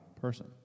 person